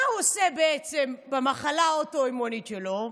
מה הוא עושה במחלה האוטואימונית שלו?